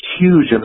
huge